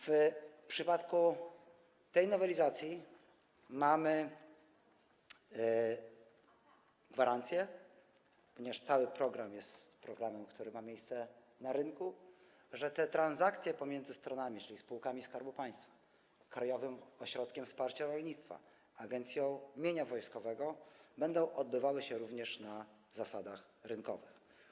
W przypadku tej nowelizacji mamy gwarancję, ponieważ cały program jest programem, który ma miejsce na rynku, że te transakcje pomiędzy stronami, czyli spółkami Skarbu Państwa, Krajowym Ośrodkiem Wsparcia Rolnictwa, Agencją Mienia Wojskowego, będą odbywały się również na zasadach rynkowych.